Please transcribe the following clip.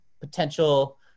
potential